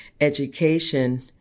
education